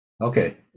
Okay